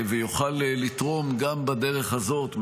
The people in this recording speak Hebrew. ויוכל לתרום גם בדרך הזאת,